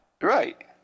Right